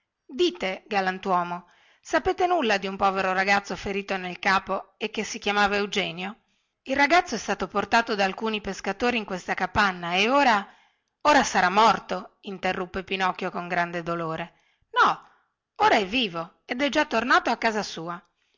dite galantuomo sapete nulla di un povero ragazzo ferito nel capo e che si chiamava eugenio il ragazzo è stato portato da alcuni pescatori in questa capanna e ora ora sarà morto interruppe pinocchio con gran dolore no ora è vivo ed è già ritornato a casa sua